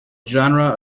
genre